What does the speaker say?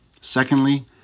Secondly